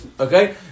Okay